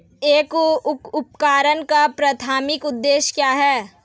एक उपकरण का प्राथमिक उद्देश्य क्या है?